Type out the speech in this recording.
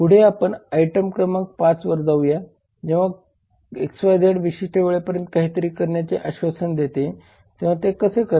पुढे आपण आयटम क्रमांक 5 वर जाऊया जेव्हा XYZ विशिष्ट वेळेपर्यंत काहीतरी करण्याचे आश्वासन देते तेव्हा ते तसे करते